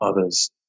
others